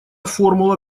формула